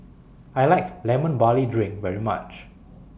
I like Lemon Barley Drink very much